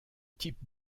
type